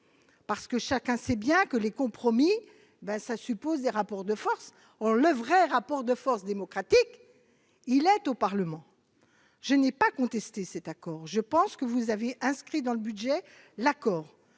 parce que chacun sait bien que les compromis ben ça suppose des rapports de force, on le vrai rapport de force démocratique, il est au Parlement, je n'ai pas contesté cet accord, je pense que vous avez inscrit dans le budget, l'accord,